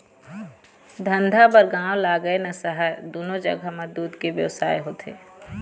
धंधा बर गाँव लागय न सहर, दूनो जघा म दूद के बेवसाय होथे